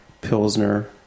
pilsner